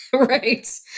Right